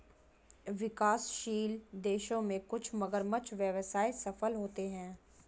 विकासशील देशों में कुछ मगरमच्छ व्यवसाय सफल होते हैं